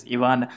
Ivan